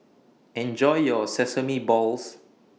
Enjoy your Sesame Balls